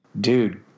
dude